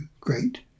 great